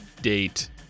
date